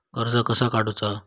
कर्ज कसा काडूचा?